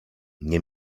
nie